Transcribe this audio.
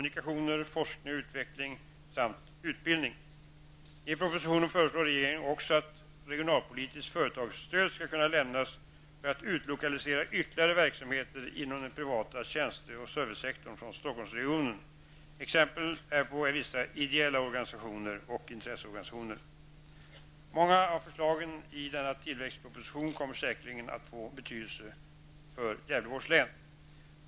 I propositionen föreslår regeringen också att regionalpolitiskt företagsstöd skall kunna lämnas för att utlokalisera ytterligare verksamheter inom den privata tjänste och servicesektorn från Stockholmsregionen. Exempel härpå är vissa ideella organisationer och intresseorganinsationer. Många av förslagen i denna tillväxtproposition kommer säkerligen att få betydelse för Gävleborgs län.